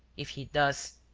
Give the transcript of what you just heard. if he does,